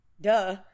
duh